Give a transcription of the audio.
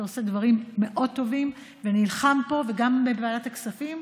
אתה עושה דברים מאוד טובים ונלחם פה וגם בוועדת הכספים,